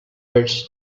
earth